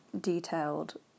detailed